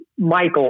Michael